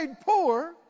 poor